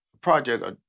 project